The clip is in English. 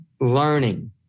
learning